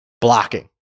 Blocking